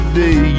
day